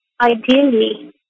ideally